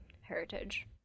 heritage